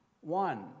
one